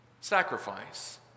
Sacrifice